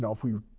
we